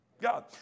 God